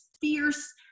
fierce